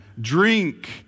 drink